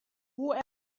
who